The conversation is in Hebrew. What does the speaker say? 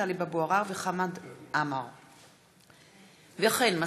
טלב אבו עראר וחמד עמאר בנושא: הצבת רמזורים בצמתים בנגב,